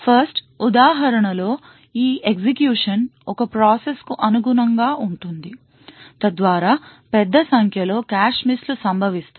1st ఉదాహరణ లో ఈ ఎగ్జిక్యూషన్ ఒక ప్రాసెస్ కు అనుగుణంగా ఉంటుంది తద్వారా పెద్ద సంఖ్యలో కాష్ మిస్ లు సంభవిస్తాయి